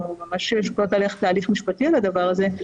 שוקלות ללכת להליך משפטי בדבר הזה,